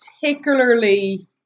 particularly